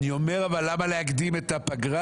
אני אומר למה להקדים את הפגרה.